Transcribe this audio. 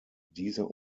dieser